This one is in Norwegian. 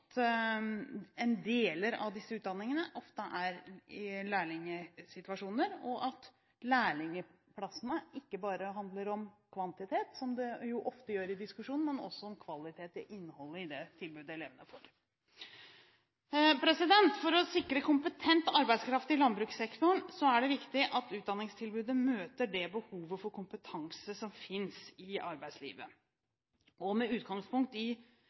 en del av disse utdanningene ofte er i lærlingsituasjoner, og lærlingplassene handler ikke bare om kvantitet, som det jo ofte gjør i diskusjonen, men også om kvalitet i innholdet i det tilbudet elevene får. For å sikre kompetent arbeidskraft i landbrukssektoren er det viktig at utdanningstilbudet møter det behovet for kompetanse som fins i arbeidslivet. Med utgangspunkt i